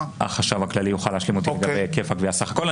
החשב הכללי יוכל להשלים אותי לגבי היקף הגבייה סך הכול.